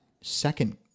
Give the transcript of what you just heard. second